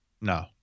No